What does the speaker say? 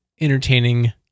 entertaining